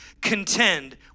contend